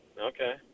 Okay